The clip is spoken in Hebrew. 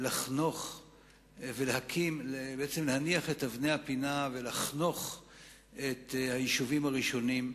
להניח את אבני הפינה ולחנוך את היישובים הראשונים,